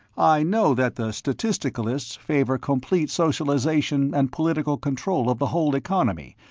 i know that the statisticalists favor complete socialization and political control of the whole economy,